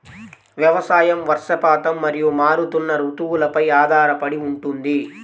వ్యవసాయం వర్షపాతం మరియు మారుతున్న రుతువులపై ఆధారపడి ఉంటుంది